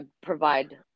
provide